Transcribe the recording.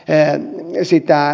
eihän siitä